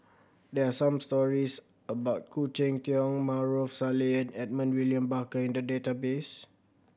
there are some stories about Khoo Cheng Tiong Maarof Salleh and Edmund William Barker in the database